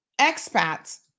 expats